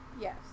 Yes